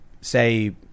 say